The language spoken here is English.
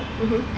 mmhmm